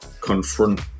confront